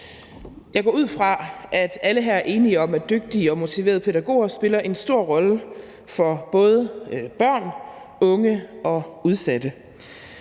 Jeg går ud fra, at alle her er enige om, at dygtige og motiverede pædagoger spiller en stor rolle for både børn, unge og udsatte.